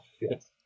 yes